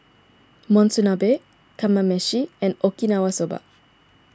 Monsunabe Kamameshi and Okinawa Soba